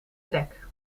trek